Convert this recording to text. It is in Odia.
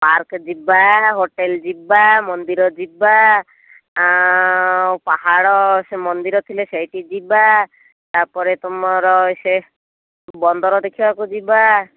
ପାର୍କ୍ ଯିବା ହୋଟେଲ୍ ଯିବା ମନ୍ଦିର ଯିବା ପାହାଡ଼ ସେ ମନ୍ଦିର ଥିଲେ ସେଇଠି ଯିବା ତା'ପରେ ତମର ସେ ବନ୍ଦର ଦେଖିବାକୁ ଯିବା